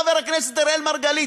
חבר הכנסת אראל מרגלית?